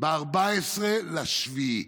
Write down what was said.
ב-14 ביולי.